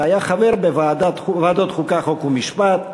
והיה חבר בוועדת החוקה, חוק ומשפט,